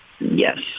Yes